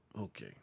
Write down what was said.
Okay